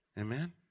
Amen